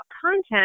content